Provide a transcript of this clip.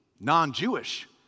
non-Jewish